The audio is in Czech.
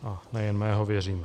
A nejen mého, věřím.